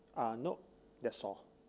uh no that's all